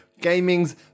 Gaming's